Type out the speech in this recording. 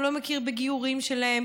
הוא לא מכיר בגיורים שלהם,